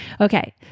Okay